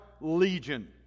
legion